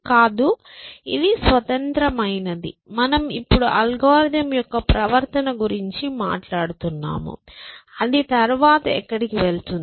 కాదు ఇది స్వతంత్రమైనది మనము ఇప్పుడు అల్గోరిథంయొక్క ప్రవర్తన గురించి మాట్లాడుతున్నాము అది తరువాత ఎక్కడికి వెళ్తుంది